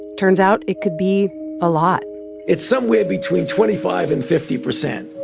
turns out it could be a lot it's somewhere between twenty five and fifty percent.